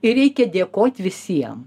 ir reikia dėkot visiem